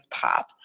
pop